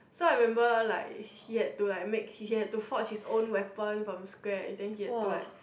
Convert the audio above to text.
so I remember like he had to like make he had to fought his own weapon from scratch then he had to like